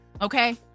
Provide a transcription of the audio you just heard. Okay